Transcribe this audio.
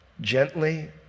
gently